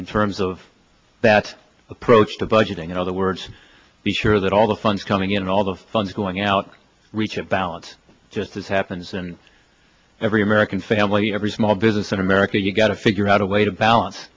in terms of that approach to budgeting in other words be sure that all the funds coming in all the funds going out reaches balance just as happens in every american family every small business in america you've got to figure out a way to balance